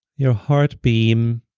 your heart beam